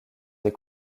des